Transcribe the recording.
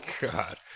God